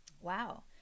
Wow